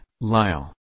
Lyle